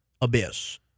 abyss